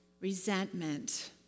resentment